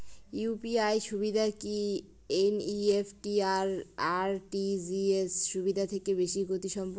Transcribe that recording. UPI সুবিধা কি NEFT আর আর.টি.জি.এস সুবিধা থেকে বেশি গতিসম্পন্ন?